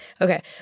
Okay